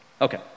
Okay